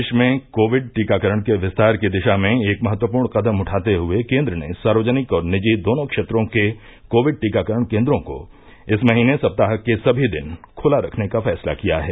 देश में कोविड टीकाकरण के विस्तार की दिशा में एक महत्वपूर्ण कदम उठाते हुए केन्द्र ने सार्वजनिक और निजी दोनों क्षेत्रों के कोविड टीकाकरण केंदों को इस महीने सप्ताह के सभी दिन खुला रखनेका फैसला किया है